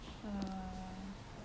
err